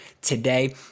today